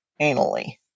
anally